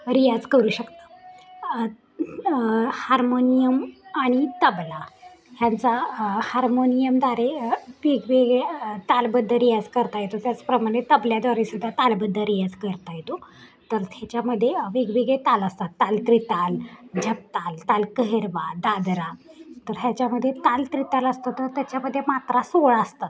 रियाज करू शकता हार्मोनियम आणि तबला ह्यांचा हार्मोनियमद्वारे वेगवेगळ्या तालबद्ध रियाज करता येतो त्याचप्रमाणे तबल्याद्वारेसुद्धा तालबद्ध रियाज करता येतो तर त्याच्यामध्ये वेगवेगळे ताल असतात ताल त्रिताल झपताल ताल कहिरवा दादरा तर ह्याच्यामध्ये ताल त्रिताल असतो तर त्याच्यामध्ये मात्रा सोळा असतात